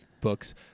books